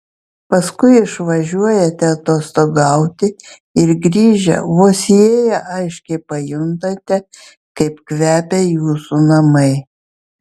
paskui išvažiuojate atostogauti ir grįžę vos įėję aiškiai pajuntate kaip kvepia jūsų namai